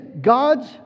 God's